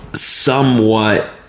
somewhat